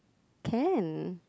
can